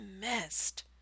missed